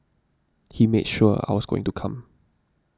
he made sure I was going to come